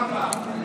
בשמחה רבה.